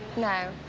no.